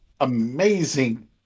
Amazing